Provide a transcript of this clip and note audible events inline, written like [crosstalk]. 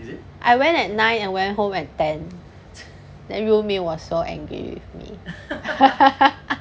I went at nine and went home at ten then ru min was so angry at me [laughs]